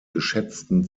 geschätzten